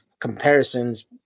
comparisons